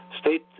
state